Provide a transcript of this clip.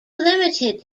limited